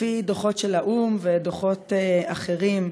לפי דוחות של האו"ם ודוחות אחרים,